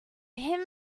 him